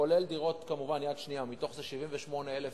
כולל דירות יד שנייה, מתוך זה 78,000